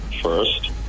first